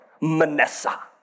Manessa